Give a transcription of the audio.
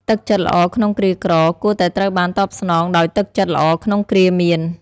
ទឹកចិត្តល្អក្នុងគ្រាក្រ គួរតែត្រូវបានតបស្នងដោយទឹកចិត្តល្អក្នុងគ្រាមាន។